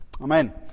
Amen